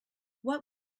what